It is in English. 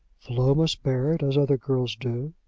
flo must bear it as other girls do,